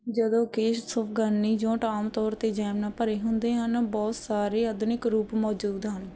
ਜਦੋਂ ਕਿ ਸੁਫਗਨੀਯੋਟ ਆਮ ਤੌਰ 'ਤੇ ਜੈਮ ਨਾਲ ਭਰੇ ਹੁੰਦੇ ਹਨ ਬਹੁਤ ਸਾਰੇ ਆਧੁਨਿਕ ਰੂਪ ਮੌਜੂਦ ਹਨ